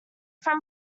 from